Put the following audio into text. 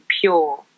pure